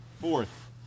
Fourth